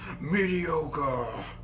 Mediocre